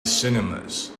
cinemas